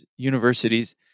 Universities